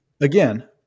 again